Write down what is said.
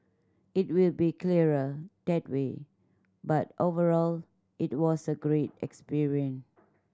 it will be clearer that way but overall it was a great experience